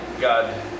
God